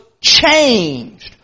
changed